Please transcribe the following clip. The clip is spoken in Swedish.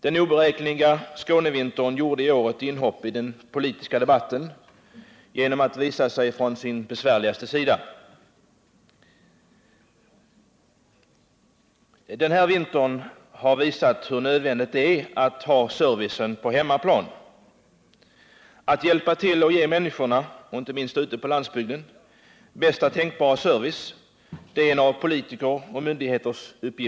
Den oberäkneliga Skånevintern gjorde i år ett inhopp i den politiska debatten genom att visa sig från sin mest besvärliga sida. Den här vintern har visat hur nödvändigt det är att ha servicen på hemmaplan. Att hjälpa till att ge människorna, inte minst ute på landsbygden, bästa tänkbara service är en uppgift för politiker och myndigheter.